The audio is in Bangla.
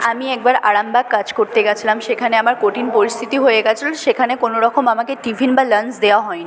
আমি একবার আরামবাগ কাজ করতে গিয়েছিলাম সেখানে আমার কঠিন পরিস্থিতি হয়ে গিয়েছিল সেখানে কোনো রকম আমাকে টিফিন বা লাঞ্চ দেওয়া হয়নি